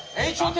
h